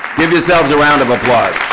give yourselves a round of applause.